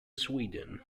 sweden